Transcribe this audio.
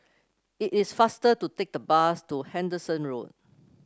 it is faster to take the bus to Anderson Road